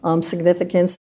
significance